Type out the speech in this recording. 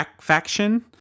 faction